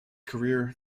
career